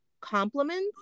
compliments